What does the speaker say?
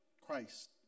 Christ